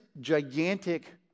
gigantic